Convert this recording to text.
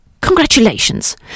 Congratulations